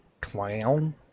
clown